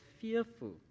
fearful